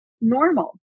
normal